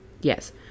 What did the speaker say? yes